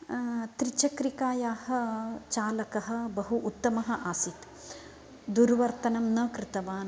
त्रीचक्रिकायाः चालकः बहु उत्तमः आसीत् दुर्वर्तनं न कृतवान्